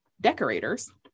decorators